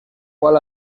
qual